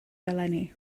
eleni